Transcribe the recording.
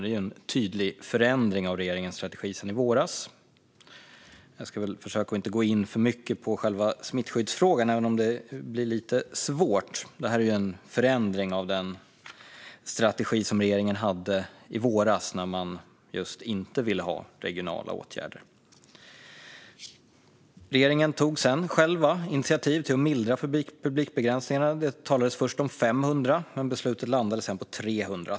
Det är en tydlig förändring av regeringens strategi sedan i våras. Jag ska försöka att inte gå in alltför mycket på själva smittskyddsfrågan, även om det blir svårt. Men det här är en förändring av den strategi som regeringen hade i våras, då man inte ville ha just regionala åtgärder. Regeringen tog sedan själv initiativ till att mildra publikbegränsningen. Det talades först om 500. Beslutet landade på 300.